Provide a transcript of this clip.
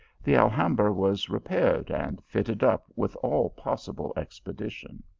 the alhambra was repaired and fitted up with all possible expedi tion.